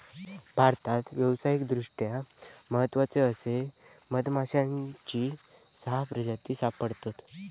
भारतात व्यावसायिकदृष्ट्या महत्त्वाचे असे मधमाश्यांची सहा प्रजाती सापडतत